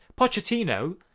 Pochettino